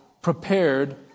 prepared